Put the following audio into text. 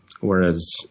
Whereas